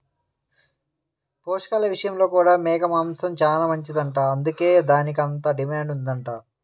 పోషకాల విషయంలో కూడా మేక మాంసం చానా మంచిదంట, అందుకే దానికంత డిమాండ్ ఉందంట